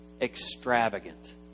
extravagant